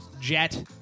Jet